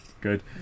Good